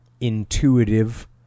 intuitive